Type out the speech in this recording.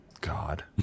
God